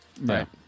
right